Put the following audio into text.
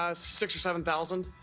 ah six or seven thousand.